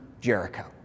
Jericho